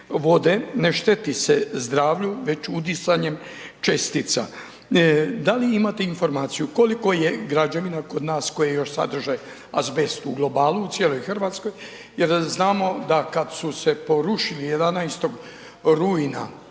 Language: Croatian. ne šteti se zdravlju već udisanjem čestica. Da li imate informaciju koliko je građevina kod nas koje još sadrže azbest u globalu u cijeloj Hrvatskoj jer znamo da kad su se poručili 11. rujna